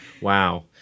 Wow